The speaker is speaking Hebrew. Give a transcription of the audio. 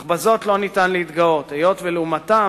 אבל בזאת לא ניתן להתגאות, היות שלעומתם,